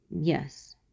Yes